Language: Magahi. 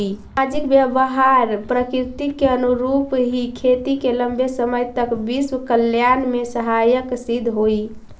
सामाजिक व्यवहार प्रकृति के अनुरूप ही खेती को लंबे समय तक विश्व कल्याण में सहायक सिद्ध होई